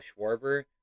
Schwarber